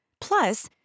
Plus